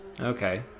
okay